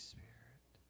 Spirit